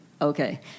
Okay